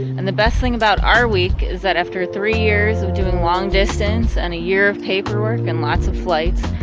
and the best thing about our week is that after three years of doing long distance and a year of paperwork and lots of flights,